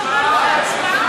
מאיר כהן,